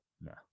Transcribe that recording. No